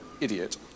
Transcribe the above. idiot